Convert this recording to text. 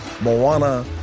Moana